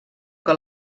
que